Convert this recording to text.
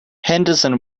henderson